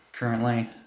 currently